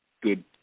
good